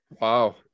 Wow